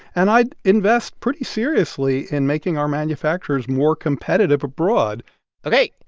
and i'd invest pretty seriously in making our manufacturers more competitive abroad ok.